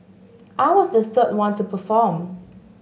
I was the third one to perform